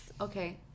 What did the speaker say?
Okay